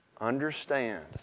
understand